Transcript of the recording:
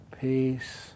peace